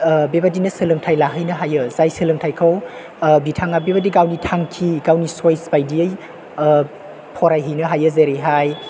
बेबायदिनो सोलोंथाइ लाहैनो हायो जाय सोलोंथाइखौ बिथाङा बेबायदि गावनि थांखि गावनि चयस बायदियै फरायहैनो हायो जेरैहाय